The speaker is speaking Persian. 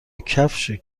کفش